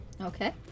Okay